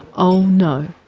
oh no,